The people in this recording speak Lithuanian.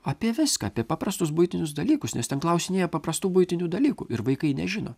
apie viską apie paprastus buitinius dalykus nes ten klausinėja paprastų buitinių dalykų ir vaikai nežino